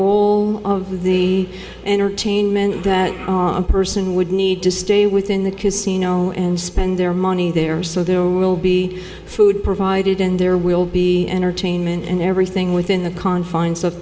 all the entertainment that a person would need to stay within the casino and spend their money there so there will be food provided and there will be entertainment and everything within the confines of